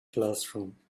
classroom